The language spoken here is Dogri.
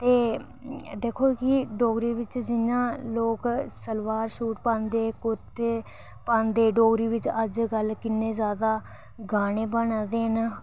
ते दिक्खो जी डोगरी बिच जि'यां लोक सलवार सूट पांदे कुरते पांदे डोगरी बिच अज्जकल किन्ने जादा गाने बना दे न